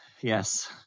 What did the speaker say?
Yes